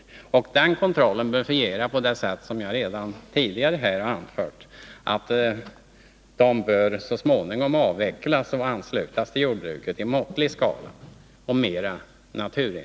Vi anser att den kontrollen bör fungera på det sätt jag tidigare redogjort för — djurfabrikerna bör så småningom avvecklas och djurproduktionen anslutas till jordbruken i måttlig skala och skötas mer naturenligt.